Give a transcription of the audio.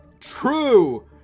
True